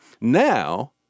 Now